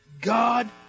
God